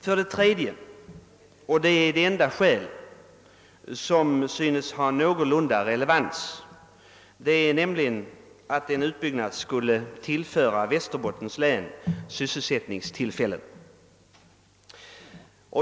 Slutligen skulle — och det är det enda skäl som synes ha någon relevans — en utbyggnad tillföra Västerbottens län sysselsättningstillfällen.